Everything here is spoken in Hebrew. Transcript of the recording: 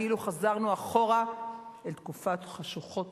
כאילו חזרנו אחורה אל תקופות חשוכות